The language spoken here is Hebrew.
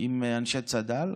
עם אנשי צד"ל.